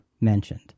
mentioned